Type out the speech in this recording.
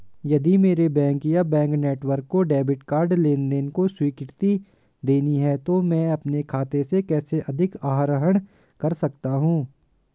यदि मेरे बैंक या बैंक नेटवर्क को डेबिट कार्ड लेनदेन को स्वीकृति देनी है तो मैं अपने खाते से कैसे अधिक आहरण कर सकता हूँ?